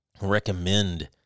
recommend